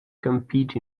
compete